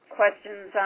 questions